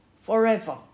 forever